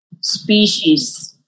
species